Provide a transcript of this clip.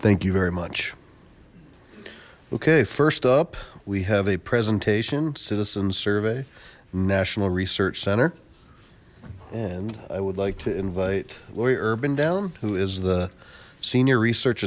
thank you very much okay first up we have a presentation citizen survey national research center and i would like to invite laurie urban down who is the senior research